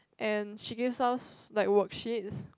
and she gives us like worksheets